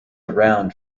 around